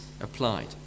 applied